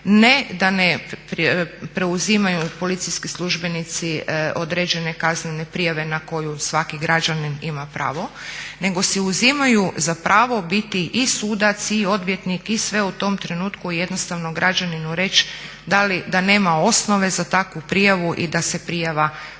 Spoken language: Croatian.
Ne da ne preuzimaju policijski službenici određene kaznene prijave na koju svaki građanin ima pravo nego si uzimaju za pravo biti i sudac i odvjetnik i sve u tom trenutku i jednostavno građaninu reći da nema osnove za takvu prijavu i da se prijava ne želi